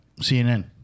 CNN